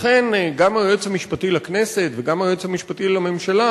לכן גם היועץ המשפטי לכנסת וגם היועץ המשפטי לממשלה